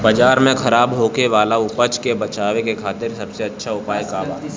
बाजार में खराब होखे वाला उपज को बेचे के खातिर सबसे अच्छा उपाय का बा?